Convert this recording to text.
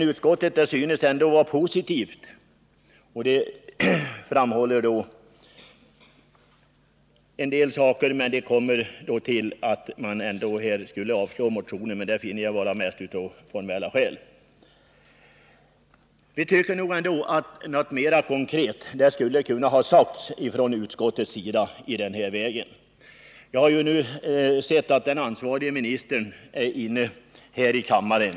Utskottet synes ha en positiv inställning men kommer likväl fram till ett avstyrkande av motionen av formella skäl. Vi motionärer tycker att något mer konkret skulle ha kunnat sägas från utskottets sida. Jagser att den ansvarige ministern är inne i kammaren.